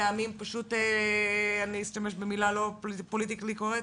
פעמים אני אשתמש במילה לא פוליטיקלי קורקט,